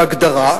בהגדרה,